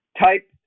Type